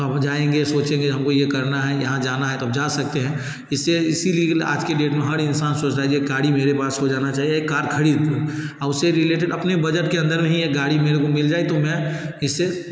तो अपन जाएँगे सोचेंगे हमको ये करना है यहाँ जाना है तब जा सकते हैं इससे इसीलिए आज की डेट में हर इंसान सोच रहा है ये गाड़ी मेरे पास हो जाना चाहिए एक कार खरीद लो और उससे रिलेटेड अपने बजट के अंदर में ही एक गाड़ी मेरे को मिल जाए तो मैं इससे